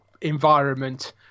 environment